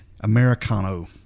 Americano